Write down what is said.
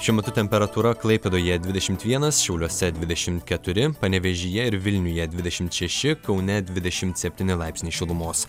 šiuo metu temperatūra klaipėdoje dvidešim vienas šiauliuose dvidešim keturi panevėžyje ir vilniuje dvidešim šeši kaune dvidešim septyni laipsniai šilumos